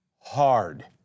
hard